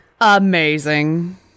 amazing